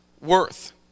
worth